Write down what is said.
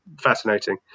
fascinating